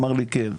אמר לי כן.